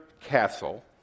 Castle